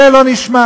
זה לא נשמע.